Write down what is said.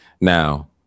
Now